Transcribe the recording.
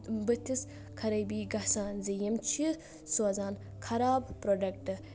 بُتھِس خرأبی گژھان زِ یِم چھ سوزان خراب پروڈکٹ